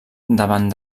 davant